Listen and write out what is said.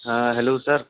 ہاں ہیلو سر